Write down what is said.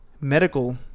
medical